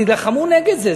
תילחמו נגד זה,